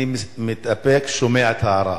אני מתאפק, שומע את ההערה.